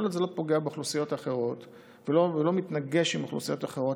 כל עוד זה לא פוגע באוכלוסיות האחרות ולא מתנגש עם אוכלוסיות אחרות,